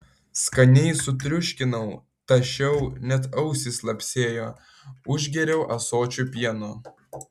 skaniai sutriuškinau tašiau net ausys lapsėjo užgėriau ąsočiu pieno